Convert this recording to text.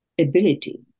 ability